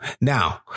Now